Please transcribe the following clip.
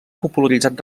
popularitzat